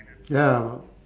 ya